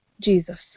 Jesus